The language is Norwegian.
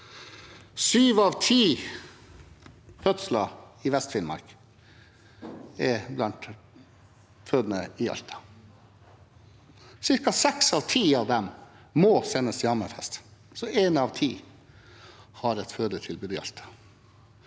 Syv av ti fødsler i Vest-Finnmark er blant fødende i Alta. Cirka seks av ti av dem må sendes til Hammerfest, så én av ti har et fødetilbud i Alta.